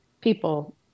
people